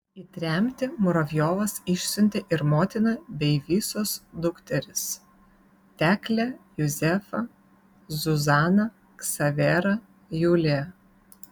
į tremtį muravjovas išsiuntė ir motiną bei visos dukteris teklę juzefą zuzaną ksaverą juliją